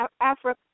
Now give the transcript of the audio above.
Africa